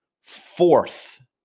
fourth